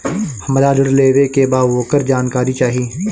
हमरा ऋण लेवे के बा वोकर जानकारी चाही